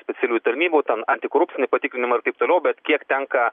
specialiųjų tarnybų ten antikorupcinį patikrinimą ir taip toliau bet kiek tenka